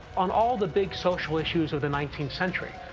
on all the big social issues of the nineteenth century,